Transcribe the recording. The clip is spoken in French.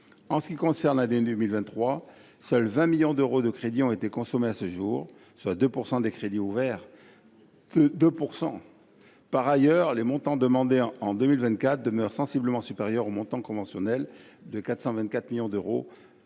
en ce qui concerne l’année 2023, seuls 20 millions d’euros de crédits ont été consommés à ce jour, soit 2 % des crédits ouverts. Par ailleurs, les montants demandés en 2024 demeurent sensiblement supérieurs aux montants conventionnels de 424 millions d’euros